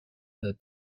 the